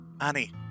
Annie